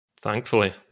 Thankfully